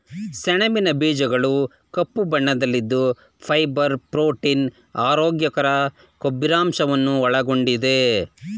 ಸಣಬಿನ ಬೀಜಗಳು ಕಪ್ಪು ಬಣ್ಣದಲ್ಲಿದ್ದು ಫೈಬರ್, ಪ್ರೋಟೀನ್, ಆರೋಗ್ಯಕರ ಕೊಬ್ಬಿನಂಶವನ್ನು ಒಳಗೊಂಡಿದೆ